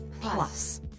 Plus